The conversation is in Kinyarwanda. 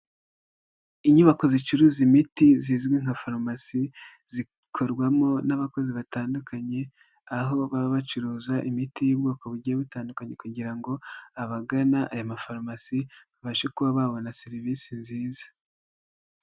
Inyubako zicuruza imiti zizwi nka farumasi zikorwamo n'abakozi batandukanye, aho baba bacuruza imiti y'ubwoko bugiye butandukanye kugira ngo abagana aya mafarumasi babashe kuba babona serivisi nziza.